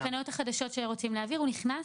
בתקנות החדשות שרוצים להעביר הוא נכנס)?